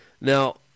Now